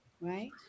right